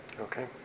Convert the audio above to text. Okay